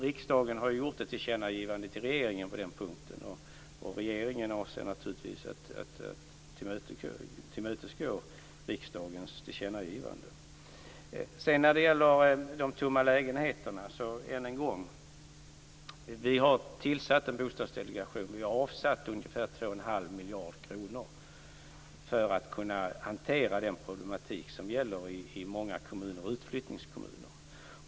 Riksdagen har gjort ett tillkännagivande till regeringen på den punkten, och regeringen avser naturligtvis att tillmötesgå detta. Beträffande de tomma lägenheterna vill jag än en gång säga att vi har tillsatt en bostadsdelegation. Vi har avsatt ca 21⁄2 miljarder kronor för att man skall kunna hantera den problematik som råder i många utflyttningskommuner.